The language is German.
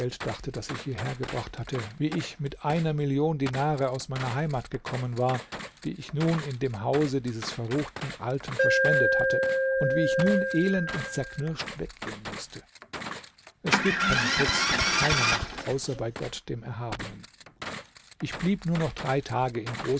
dachte das ich hierhergebracht hatte wie ich mit einer million dinare aus meiner heimat gekommen war die ich nun in dem hause dieses verruchten alten verschwendet hatte und wie ich nun elend und zerknirscht weggehen mußte es gibt keinen schutz und keine macht außer bei gott dem erhabenen ich blieb nur noch drei tage